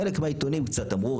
חלק מהעיתונים קצת אמרו,